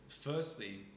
firstly